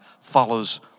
follows